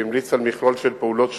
שהמליץ על מכלול של פעולות שונות,